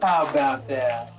about that?